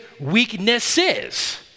weaknesses